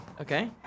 Okay